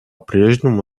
прежнему